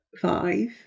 five